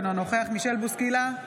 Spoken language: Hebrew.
אינו נוכח מישל בוסקילה,